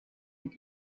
mit